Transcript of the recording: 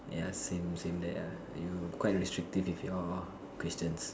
ya same same same date ah you quite restrictive with your questions